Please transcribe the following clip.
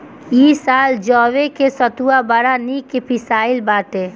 इ साल जवे के सतुआ बड़ा निक पिसाइल बाटे